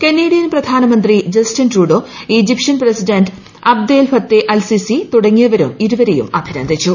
Canadian പ്രധാനമന്ത്രി Justin ട്യൂഡോ Egyptian president Abdel Fattah al Sisi തുടങ്ങിയവരും ഇരുവരേയും അഭിനന്ദിച്ചു